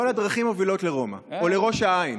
כל הדרכים מובילות לרומא או לראש העין.